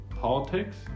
politics